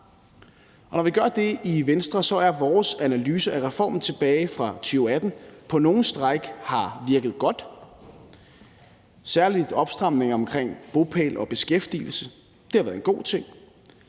når vi gør det i Venstre, er det vores analyse, at reformen tilbage fra 2018 på nogle stræk har virket godt. Særlig opstramningen med hensyn til bopæl og beskæftigelse har været en god ting.